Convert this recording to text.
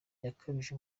yakajije